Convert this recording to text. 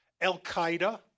Al-Qaeda